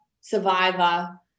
survivor